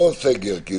לא סגר.